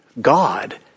God